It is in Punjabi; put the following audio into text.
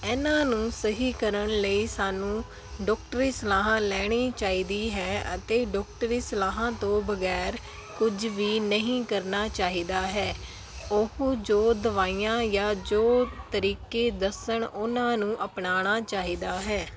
ਇਹਨਾਂ ਨੂੰ ਸਹੀ ਕਰਨ ਲਈ ਸਾਨੂੰ ਡਾਕਟਰੀ ਸਲਾਹ ਲੈਣੀ ਚਾਹੀਦੀ ਹੈ ਅਤੇ ਡਾਕਟਰੀ ਸਲਾਹਾਂ ਤੋਂ ਬਗੈਰ ਕੁਝ ਵੀ ਨਹੀਂ ਕਰਨਾ ਚਾਹੀਦਾ ਹੈ ਉਹ ਜੋ ਦਵਾਈਆਂ ਜਾਂ ਜੋ ਤਰੀਕੇ ਦੱਸਣ ਉਹਨਾਂ ਨੂੰ ਅਪਣਾਉਣਾ ਚਾਹੀਦਾ ਹੈ